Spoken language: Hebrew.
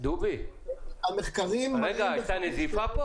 דובי, הייתה נזיפה פה